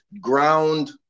ground